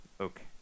Okay